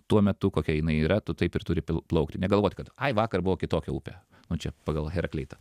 tuo metu kokia jinai yra tu taip ir turi plaukti negalvoti kad ai vakar buvo kitokia upė nu čia pagal herakleitą